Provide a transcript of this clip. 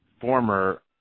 former